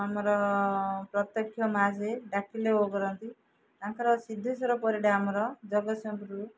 ଆମର ପ୍ରତ୍ୟକ୍ଷ ମାଆ ଯେ ଡ଼ାକିଲେ ଓ କରନ୍ତି ତାଙ୍କର ସିଦ୍ଧେଶ୍ୱର ପରିଡ଼ା ଆମର ଜଗତସିଂହପୁର